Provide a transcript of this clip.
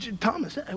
Thomas